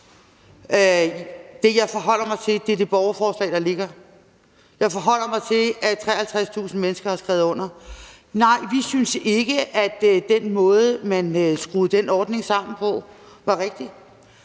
Det, jeg forholder mig til, er det borgerforslag, der ligger her. Jeg forholder mig til, at 53.000 mennesker har skrevet under. Nej, vi synes ikke, at den måde, man skruede den ordning sammen på, var rigtig,